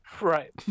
Right